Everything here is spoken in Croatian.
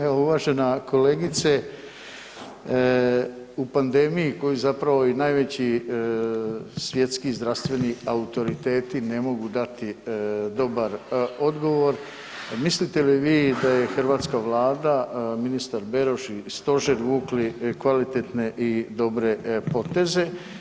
Evo uvažena kolegice, u pandemiju koju zapravo i najveći svjetski zdravstveni autoriteti ne mogu dati dobar odgovor, mislite li vi da je hrvatska Vlada, ministar Beroš i Stožer vukli kvalitetne i dobre poteze?